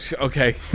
okay